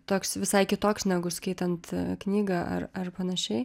toks visai kitoks negu skaitant knygą ar ar panašiai